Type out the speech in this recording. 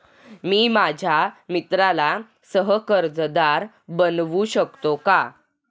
मी माझ्या मित्राला सह कर्जदार बनवू शकतो का?